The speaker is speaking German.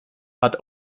hat